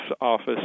office